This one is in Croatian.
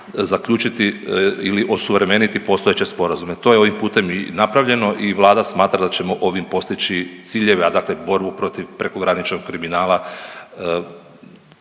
zaključiti ili osuvremeniti postojeće sporazume. To je ovim putem i napravljeno i Vlada smatra da ćemo ovim postići ciljeve dakle borbu protiv prekograničnog kriminala